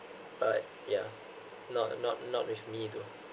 but yeah not not not with me though